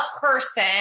person